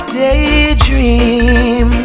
daydream